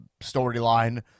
storyline